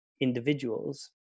individuals